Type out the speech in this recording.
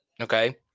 Okay